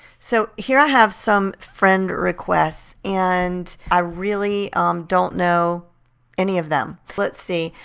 so here i have some friend requests. and i really don't know any of them. let's see.